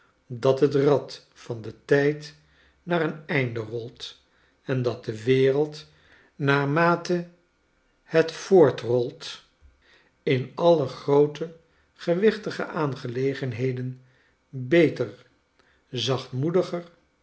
dat het rad van den tijd naar een einde rolt en dat de wereld naarmate het voortrolt in alle groote gewichtige aangelegenheden beter